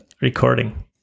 recording